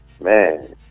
man